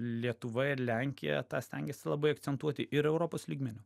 lietuva ir lenkija tą stengėsi labai akcentuoti ir europos lygmeniu